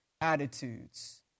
attitudes